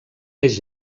més